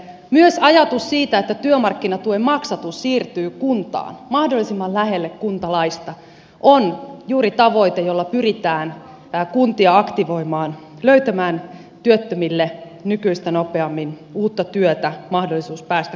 myös ajatus siitä että työmarkkinatuen maksatus siirtyy kuntaan mahdollisimman lähelle kuntalaista on juuri tavoite jolla pyritään kuntia aktivoimaan löytämään työttömille nykyistä nopeammin uutta työtä mahdollisuus päästä koulutukseen